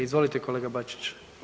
Izvolite kolega Bačić.